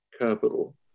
Capital